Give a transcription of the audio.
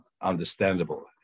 understandable